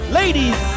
ladies